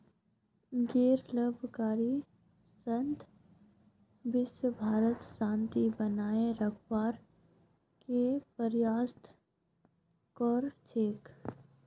गैर लाभकारी संस्था विशव भरत शांति बनए रखवार के प्रयासरत कर छेक